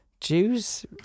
Jews